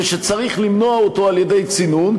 ושצריך למנוע אותו על-ידי צינון,